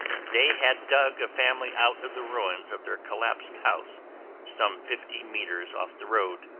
they had dug a family out of the ruins of their collapsed house some fifty meters off the road.